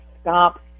stop